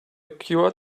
cured